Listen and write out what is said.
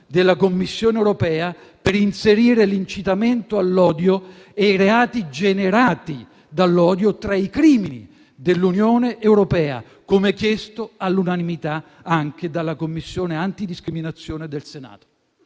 della Commissione europea per inserire l'incitamento all'odio e i reati generati dall'odio tra i crimini dell'Unione europea, come chiesto all'unanimità anche dalla "commissione antidiscriminazioni" del Senato.